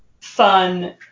fun